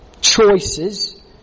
choices